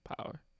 Power